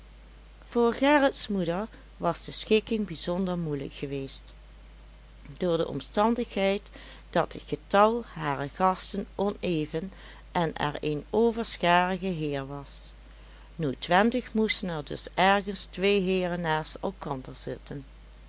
voor gerrits moeder was de schikking bijzonder moeilijk geweest door de omstandigheid dat het getal harer gasten oneven en er een overscharige heer was noodwendig moesten er dus ergens twee heeren naast elkander zitten